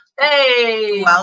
Hey